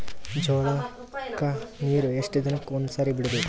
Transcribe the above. ಜೋಳ ಕ್ಕನೀರು ಎಷ್ಟ್ ದಿನಕ್ಕ ಒಂದ್ಸರಿ ಬಿಡಬೇಕು?